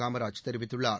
காமராஜ் தெரிவித்துள்ளார்